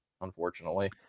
unfortunately